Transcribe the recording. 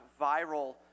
viral